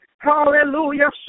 Hallelujah